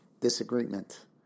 disagreement